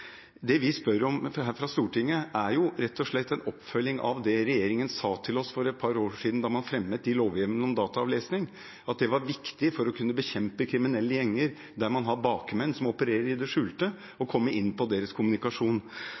Det vi spør om her fra Stortinget, er rett og slett en oppfølging av det regjeringen sa til oss da man fremmet lovhjemlene om dataavlesing for et par år siden, at det var viktig for å kunne bekjempe kriminelle gjenger som har bakmenn som opererer i det skjulte, å komme inn på deres kommunikasjon.